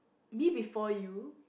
Me Before You